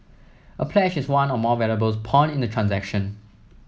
a pledge is one or more valuables pawned in a transaction